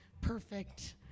perfect